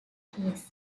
case